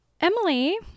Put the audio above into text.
Emily